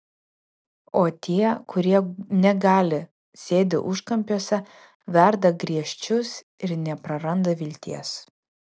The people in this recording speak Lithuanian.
o tie kurie negali sėdi užkampiuose verda griežčius ir nepraranda vilties